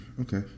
okay